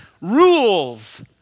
rules